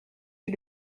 you